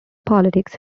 politics